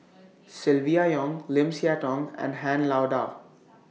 Silvia Yong Lim Siah Tong and Han Lao DA